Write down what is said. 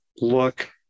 look